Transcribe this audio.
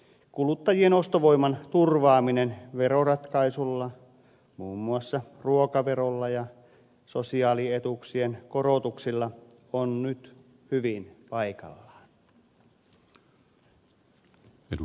kuluttajien ostovoiman turvaaminen veroratkaisuilla muun muassa ruokaverolla ja sosiaalietuuksien korotuksilla on nyt hyvin paikallaan